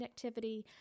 connectivity